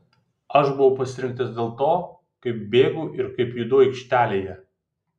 aš buvau pasirinktas dėl to kaip bėgu ir kaip judu aikštelėje